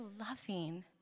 loving